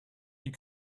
you